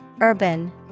Urban